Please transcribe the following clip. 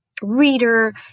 Reader